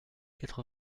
quatre